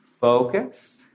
Focus